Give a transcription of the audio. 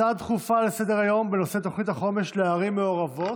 הצעה דחופה לסדר-היום בנושא: תוכנית החומש לערים המעורבות,